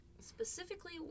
Specifically